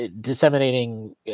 disseminating